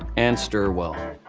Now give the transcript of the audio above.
and stir well.